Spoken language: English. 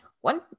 one